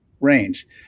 range